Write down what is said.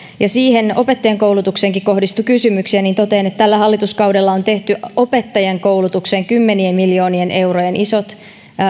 kun siihen opettajankoulutukseenkin kohdistui kysymyksiä niin totean että tällä hallituskaudella on tehty opettajankoulukseen kymmenien miljoonien eurojen isot